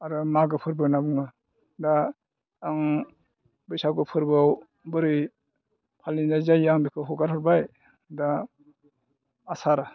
आरो मागो फोरबो होनना बुङो दा आं बैसागु फोरबोआव बोरै फालिनाय जायो आं बेखौ हगार हरबाय दा आसार